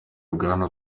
bwana